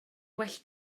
well